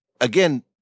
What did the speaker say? again